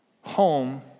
home